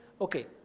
okay